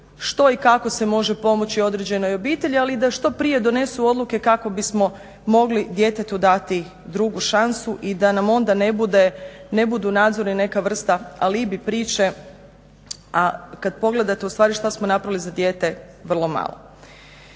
što i kako se može pomoći određenoj obitelji, ali i da što prije donesu odluke kako bismo mogli djetetu dati drugu šansu. I da nam onda ne bude, ne budu nadzori neka vrsta alibi priče. A kad malo pogledate ustvari što smo napravili za dijete, vrlo malo.